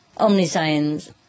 Omniscience